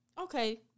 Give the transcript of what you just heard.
Okay